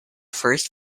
first